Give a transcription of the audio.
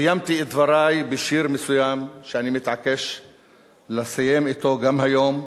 סיימתי את דברי בשיר מסוים שאני מתעקש לסיים אתו גם היום,